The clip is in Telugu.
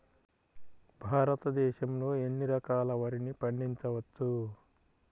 భారతదేశంలో ఎన్ని రకాల వరిని పండించవచ్చు